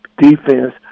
defense